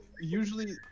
Usually